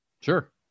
Sure